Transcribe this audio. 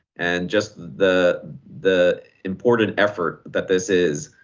and just the the important effort that this is,